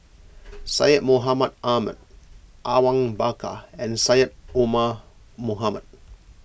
Syed Mohamed Ahmed Awang Bakar and Syed Omar Mohamed